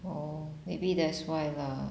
oh maybe that's why lah